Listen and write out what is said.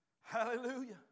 Hallelujah